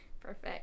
Perfect